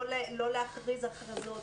לא להכריז הכרזות.